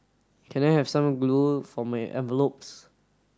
can I have some glue for my envelopes